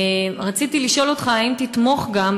רציתי לשאול: האם תתמוך גם,